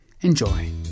Enjoy